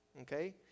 Okay